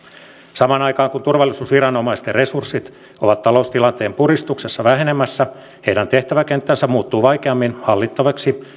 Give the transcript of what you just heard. samaan aikaan kun turvallisuusviranomaisten resurssit ovat taloustilanteen puristuksessa vähenemässä heidän tehtäväkenttänsä muuttuu vaikeammin hallittavaksi